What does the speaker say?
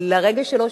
לרגש שלו,